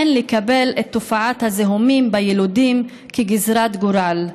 אין לקבל את תופעת הזיהומים ביילודים כגזרת גורל.